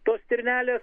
tos stirnelės